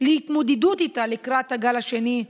להתמודדות איתה לקראת הגל השני,